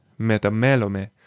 metamelome